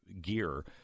gear